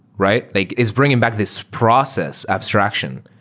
right? like it's bringing back this process abstraction.